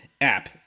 app